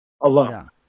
alone